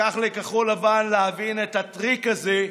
לקח לכחול לבן 24 שעות להבין את הטריק הזה.